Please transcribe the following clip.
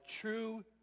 true